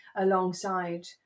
Alongside